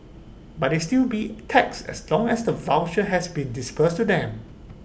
but they still be taxed as long as the voucher has been disbursed to them